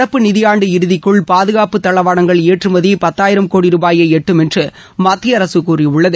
நடப்பு நிதியாண்டு இறுதிக்குள் பாதுகாப்பு தளவாடங்கள் ஏற்றுமதி பத்தாயிரம் கோடி ரூபாயை எட்டும் என்று மத்திய அரசு கூறியுள்ளது